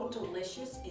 delicious